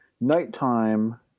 nighttime